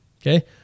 Okay